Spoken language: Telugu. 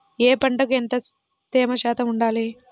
ఏ పంటకు ఎంత తేమ శాతం ఉండాలి?